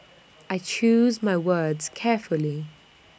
I choose my words carefully